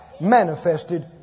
manifested